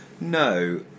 No